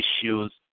issues